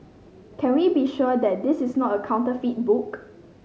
can we be sure that this is not a counterfeit book